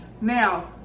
Now